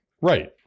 Right